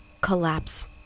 collapse